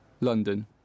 London